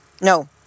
No